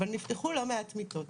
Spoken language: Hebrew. אבל נפתחו לא מעט מיטות,